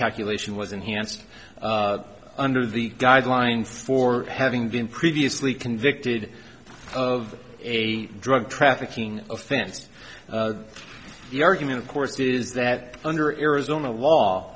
calculation was enhanced under the guideline for having been previously convicted of a drug trafficking offense the argument of course is that under arizona law